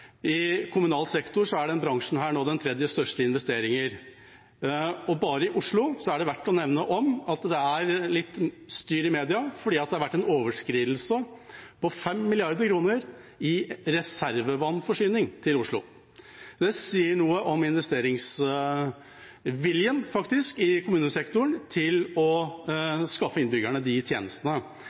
I kommunal sektor er denne bransjen den tredje største i investeringer. I Oslo er det verdt å nevne at det er litt styr i media fordi det har vært en overskridelse på 5 mrd. kr i reservevannforsyningen til Oslo. Det sier noe om investeringsviljen, faktisk, i kommunesektoren til å skaffe innbyggerne disse tjenestene.